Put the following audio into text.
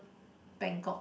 Bangkok